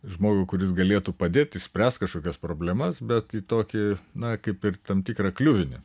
žmogų kuris galėtų padėt išspręst kažkokias problemas bet į tokį na kaip ir tam tikrą kliuvinį